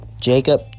Jacob